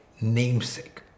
namesake